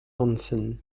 onsen